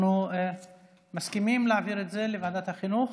אנחנו מסכימים להעביר את זה לוועדת החינוך.